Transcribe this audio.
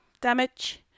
Damage